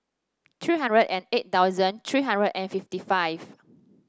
three hundred and eight thousand three hundred and fifty five